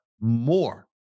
more